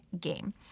game